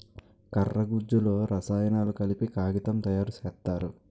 కర్ర గుజ్జులో రసాయనాలు కలిపి కాగితం తయారు సేత్తారు